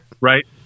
right